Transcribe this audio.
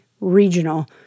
regional